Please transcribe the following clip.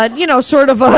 ah you know, sort of ah.